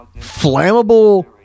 flammable